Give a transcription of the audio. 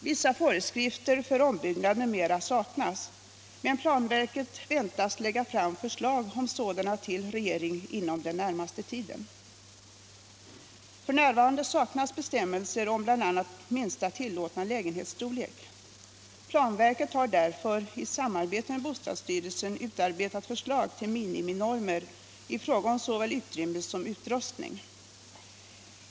Vissa föreskrifter för ombyggnad m.m. saknas, men planverket väntas lägga fram förslag om sådana till regeringen inom den närmaste tiden. F.n. saknas bestämmelser om bl.a. minsta tillåtna lägenhetsstorlek. Planverket har därför i samarbete med bostadsstyrelsen utarbetat förslag till miniminormer i fråga om såväl utrymme som utrustning.